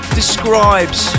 describes